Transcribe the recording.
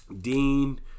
Dean